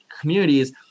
communities